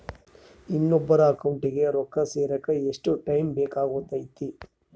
ಇನ್ನೊಬ್ಬರ ಅಕೌಂಟಿಗೆ ರೊಕ್ಕ ಸೇರಕ ಎಷ್ಟು ಟೈಮ್ ಬೇಕಾಗುತೈತಿ?